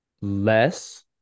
less